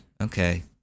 Okay